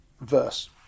verse